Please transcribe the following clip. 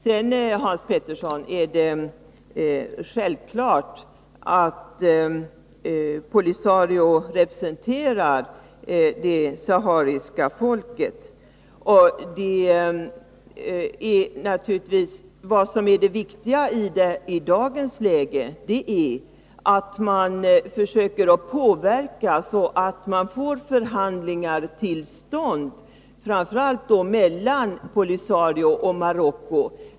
Det är självklart, Hans Petersson i Hallstahammar, att POLISARIO representerar det sahariska folket. Det viktiga i dagens läge är att försöka påverka att förhandlingar kommer till stånd mellan POLISARIO och Marocko.